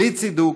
בלי צידוק,